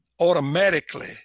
automatically